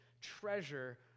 treasure